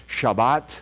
Shabbat